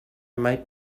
might